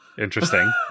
Interesting